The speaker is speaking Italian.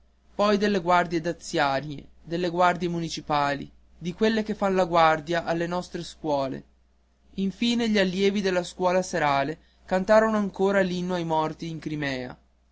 poi delle guardie daziarie delle guardie municipali di quelle che fan la guardia alle nostre scuole infine gli allievi della scuola serale cantarono ancora l'inno ai morti in crimea